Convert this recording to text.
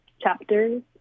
chapters